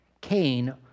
Cain